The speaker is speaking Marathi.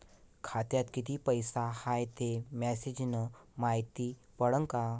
खात्यात किती पैसा हाय ते मेसेज न मायती पडन का?